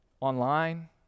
online